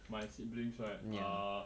my siblings right err